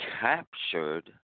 captured